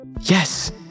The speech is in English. Yes